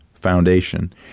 foundation